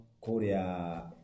Korea